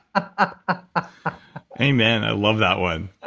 ah amen. i love that one